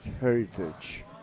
heritage